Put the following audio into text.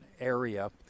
area